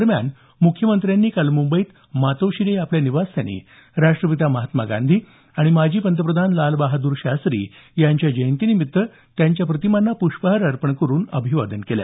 दरम्यान मुख्यमंत्र्यांनी काल मुंबईत मातोश्री या आपल्या निवासस्थानी राष्ट्रपिता महात्मा गांधी आणि माजी पंतप्रधान लालबहाद्र शास्त्री यांच्या जयंतीनिमित्त त्यांच्या प्रतिमांना पृष्पहार अर्पण करून अभिवादन केलं